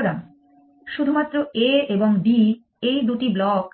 সুতরাং শুধুমাত্র A এবং D এই দুটি ব্লক